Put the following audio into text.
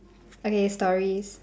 okay stories